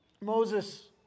Moses